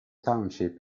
township